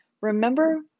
Remember